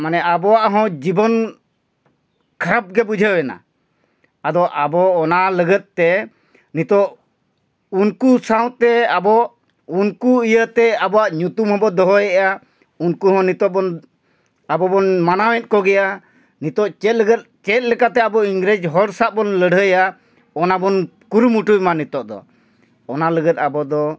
ᱢᱟᱱᱮ ᱟᱵᱚᱣᱟᱜ ᱦᱚᱸ ᱡᱤᱵᱚᱱ ᱠᱷᱟᱨᱟᱯ ᱜᱮ ᱵᱩᱡᱷᱟᱹᱣ ᱮᱱᱟ ᱟᱫᱚ ᱟᱵᱚ ᱚᱱᱟ ᱞᱟᱹᱜᱤᱫ ᱛᱮ ᱱᱤᱛᱳᱜ ᱩᱱᱠᱩ ᱥᱟᱶᱛᱮ ᱟᱵᱚ ᱩᱱᱠᱩ ᱤᱭᱟᱹᱛᱮ ᱟᱵᱚᱣᱟᱜ ᱧᱩᱛᱩᱢ ᱦᱚᱸᱵᱚ ᱫᱚᱦᱚᱭᱮᱫᱟ ᱩᱱᱠᱩ ᱦᱚᱸ ᱱᱤᱛᱳᱜ ᱵᱚᱱ ᱟᱵᱚ ᱵᱚᱱ ᱢᱟᱱᱟᱣᱮᱫ ᱠᱚᱜᱮᱭᱟ ᱱᱤᱛᱳᱜ ᱪᱮᱫ ᱞᱟᱹᱜᱤᱫ ᱪᱮᱫ ᱞᱮᱠᱟᱛᱮ ᱟᱵᱚ ᱤᱝᱨᱮᱡᱽ ᱦᱚᱲ ᱥᱟᱣ ᱵᱚᱱ ᱞᱟᱹᱲᱦᱟᱹᱭᱟ ᱚᱱᱟ ᱵᱚᱱ ᱠᱩᱨᱩᱢᱩᱴᱩᱭ ᱢᱟ ᱱᱤᱛᱳᱜ ᱫᱚ ᱚᱱᱟ ᱞᱟᱹᱜᱤᱫ ᱟᱵᱚ ᱫᱚ